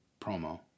promo